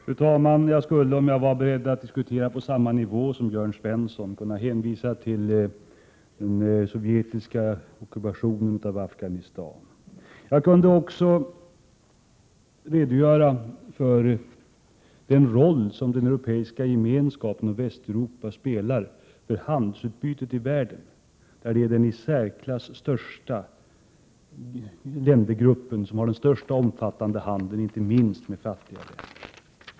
Fru talman! Om jag var beredd att diskutera på samma nivå som Jörn Svensson, skulle jag kunna hänvisa till den sovjetiska ockupationen av Afghanistan. Jag kunde också redogöra för den roll som den europeiska gemenskapen och Västeuropa spelar för handelsutbytet i världen; det är nämligen den ländergrupp som har den i särklass mest omfattande handeln med fattiga länder.